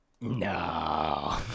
No